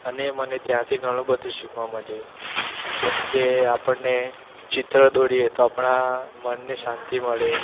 અને મને ત્યાંથી ઘણું બધું શીખવા મળ્યું જેમ કે આપણને ચિત્ર દોરીએ તો આપણા મનને શાંતિ મળે